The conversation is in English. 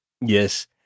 Yes